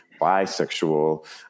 bisexual